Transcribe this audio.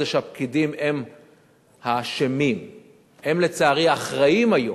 נאמר לי שממשרד האוצר יגיעו,